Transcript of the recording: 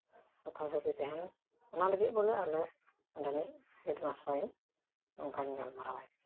ᱥᱟᱯᱷᱟ ᱥᱟ ᱯᱷᱤ ᱛᱟᱦᱮᱱ ᱚᱱᱟ ᱞᱟᱹᱜᱤᱫ ᱵᱚᱞᱮ ᱟᱞᱮᱱᱤᱧ ᱦᱮᱰᱢᱟᱥᱴᱟᱨ ᱥᱟᱞᱟᱜ ᱱᱚᱣᱟ ᱠᱚ ᱧ ᱜᱟᱞᱢᱟᱨᱟᱣ ᱠᱟᱫᱟ